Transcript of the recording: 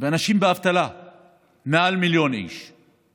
ומעל מיליון איש מובטלים.